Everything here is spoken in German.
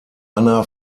anna